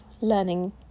learning